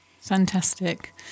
Fantastic